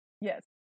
yes